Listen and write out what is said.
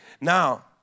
now